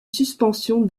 suspension